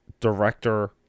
director